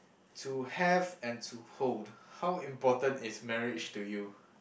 to have and to hold how important is marriage to you